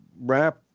wrap